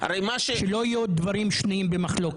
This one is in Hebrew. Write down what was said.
שלא יהיו דברים שנויים במחלוקת.